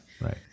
Right